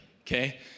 okay